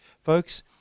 Folks